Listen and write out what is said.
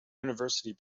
university